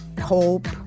hope